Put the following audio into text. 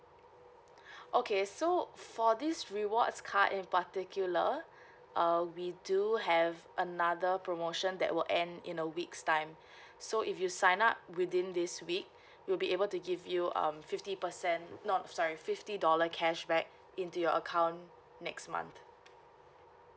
okay so for this rewards card in particular uh we do have another promotion that will end in a weeks time so if you sign up within this week we'll be able to give you um fifty percent not sorry fifty dollar cashback into your account next month